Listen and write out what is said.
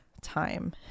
time